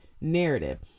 narrative